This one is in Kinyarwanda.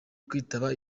kwitaba